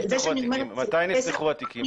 מתי נפתחו התיקים האלה?